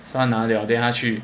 拿了 then 他去